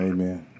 Amen